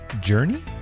journey